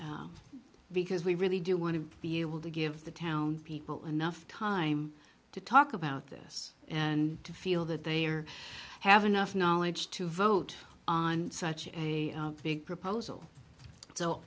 because we really do want to be able to give the town people enough time to talk about this and to feel that they are have enough knowledge to vote on such a big proposal